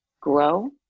grow